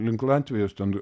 link latvijos ten